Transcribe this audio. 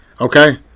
Okay